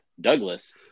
Douglas